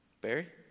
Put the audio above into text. Barry